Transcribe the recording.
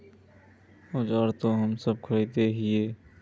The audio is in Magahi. औजार तो हम सब खरीदे हीये?